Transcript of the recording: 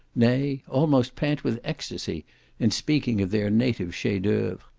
may, almost pant with extacy in speaking of their native chef d'oeuvres.